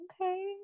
okay